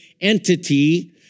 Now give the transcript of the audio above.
entity